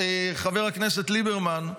חבר הכנסת ליברמן,